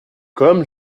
comme